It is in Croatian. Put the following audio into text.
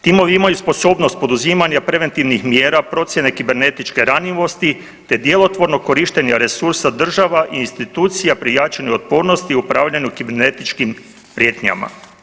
Timovi imaju sposobnost poduzimanja preventivnih mjera procjene kibernetičke ranjivosti te djelotvorno korištenje resursa država i institucija pri jačanju otpornosti upravljanju kibernetičkim prijetnjama.